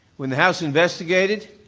when the house investigated,